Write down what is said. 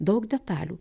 daug detalių